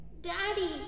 Daddy